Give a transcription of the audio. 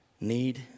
need